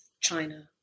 China